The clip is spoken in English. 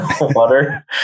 water